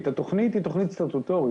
--- המנחת הוא פרטי.